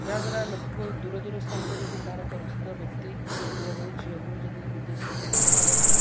ଯାହାଦ୍ୱାରା ଲୋକଙ୍କ ଦୂର ଦୂର ସ୍ଥାନରେ ଯଦି କାହାର ପରିଚିତ ବ୍ୟକ୍ତି ପୁଅ ହେଉ ଝିଅ ହେଉ ଯଦି ବିଦେଶରେ ଚାକିରୀ କରନ୍ତି